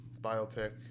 biopic